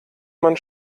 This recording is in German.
man